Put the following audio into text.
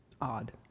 Odd